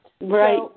Right